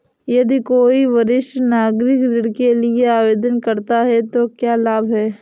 यदि कोई वरिष्ठ नागरिक ऋण के लिए आवेदन करता है तो क्या लाभ हैं?